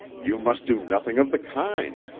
you must do nothing of the kind.